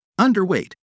Underweight